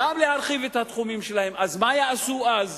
גם להרחיב את התחומים שלהן, אז מה יעשו אז?